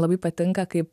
labai patinka kaip